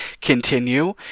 continue